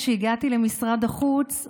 כשהגעתי למשרד החוץ,